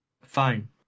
fine